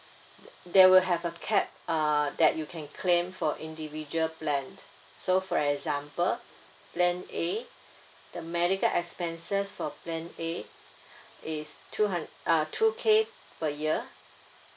there will have A capped uh that you can claim for individual plan so for example plan A the medical expenses for plan A is two hun~ ah two K per year